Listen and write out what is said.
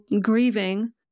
grieving